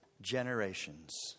generations